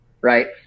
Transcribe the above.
right